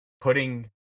putting